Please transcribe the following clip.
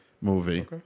movie